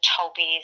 Toby's